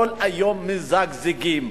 כל היום מזגזגים.